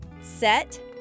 set